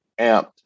amped